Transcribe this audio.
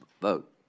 vote